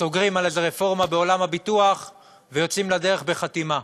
סוגרים על איזו רפורמה בעולם הביטוח ויוצאים לדרך בחתימה.